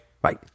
Bye